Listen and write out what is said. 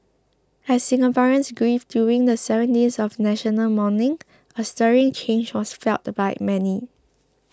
as Singaporeans grieved during the seven days of national mourning a stirring change was felt by many